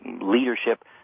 leadership